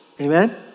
Amen